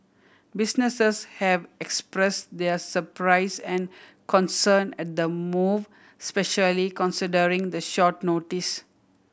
businesses have expressed their surprise and concern at the move specially considering the short notice